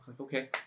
okay